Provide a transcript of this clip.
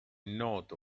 noto